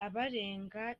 abarenga